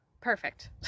perfect